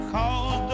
Cause